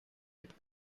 with